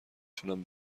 تونم